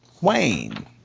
Wayne